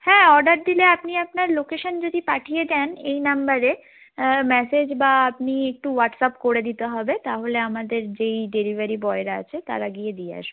হ্যাঁ অর্ডার দিলে আপনি আপনার লোকেশান যদি পাঠিয়ে দেন এই নাম্বারে ম্যাসেজ বা আপনি একটু হোয়াটসআপ করে দিতে হবে তাহলে আমাদের যেই ডেলিভারি বয়রা আছে তারা গিয়ে দিয়ে আসবে